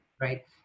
Right